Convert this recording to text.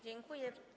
Dziękuję.